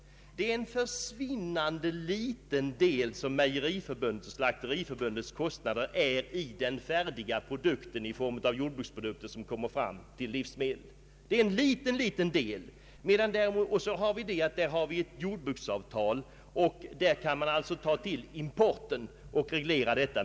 Det är en försvinnande liten del som Mejeriförbundets och Slakteriförbundets kostnader utgör i den färdiga jordbruksprodukten i form av livsmedel. Vi har dessutom ett jordbruksavtal, och man kan ta till importen för att reglera med.